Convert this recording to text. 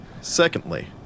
Secondly